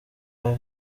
ari